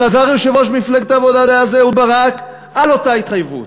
חזר יושב-ראש מפלגת העבודה דאז אהוד ברק על אותה התחייבות.